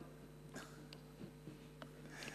לא,